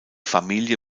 familie